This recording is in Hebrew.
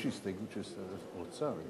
יש הסתייגות של שר האוצר.